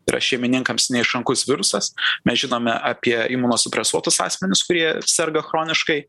yra šeimininkams neišrankus virusas mes žinome apie imunosupresuotus asmenis kurie serga chroniškai